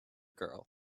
girl